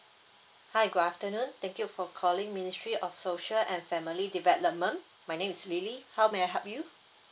hi good afternoon thank you for calling ministry of social and family development my name is lily how may I help you